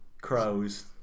Crows